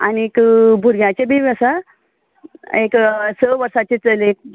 आनीक भुरग्यांचें बीन आसा एक स वर्साचें चलयेक